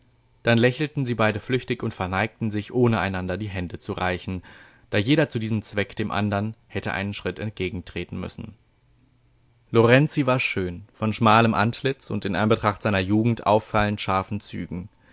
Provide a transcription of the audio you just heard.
dann lächelten sie beide flüchtig und verneigten sich ohne einander die hände zu reichen da jeder zu diesem zweck dem andern hätte einen schritt entgegentreten müssen lorenzi war schön von schmalem antlitz und in anbetracht seiner jugend auffallend scharfen zügen